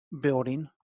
building